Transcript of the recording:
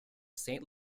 saint